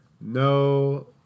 No